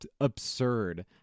absurd